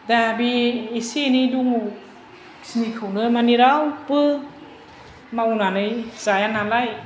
दा बे एसे एनै दङ खिनिखौनो मानि रावबो मावनानै जाया नालाय